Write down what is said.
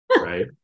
right